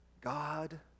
God